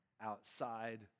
outside